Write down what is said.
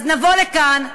אז נבוא לכאן,